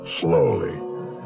slowly